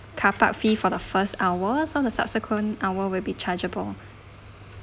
car park fee for the first hour so the subsequent hour will be chargeable